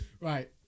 Right